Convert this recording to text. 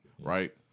Right